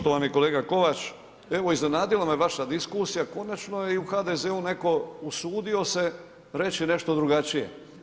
Poštovani kolega Kovač, evo iznenadila me vaša diskusija, konačno je i u HDZ-u netko usudio se reći nešto drugačije.